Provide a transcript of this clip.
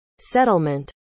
settlement